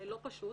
וזה לא פשוט,